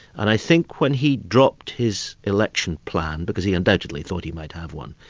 and i think when he dropped his election plan, because he undoubtedly thought he might have one,